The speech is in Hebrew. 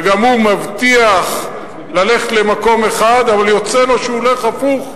וגם הוא מבטיח ללכת למקום אחד אבל יוצא לו שהוא הולך הפוך.